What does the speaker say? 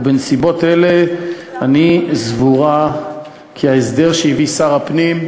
ובנסיבות אלה אני סבורה כי ההסדר שהביא שר הפנים,